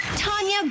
Tanya